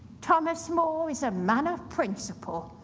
thomas more is a man of principle.